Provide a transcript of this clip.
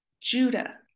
Judah